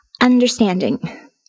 understanding